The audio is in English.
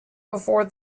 before